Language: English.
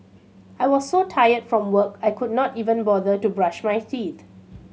I was so tired from work I could not even bother to brush my teeth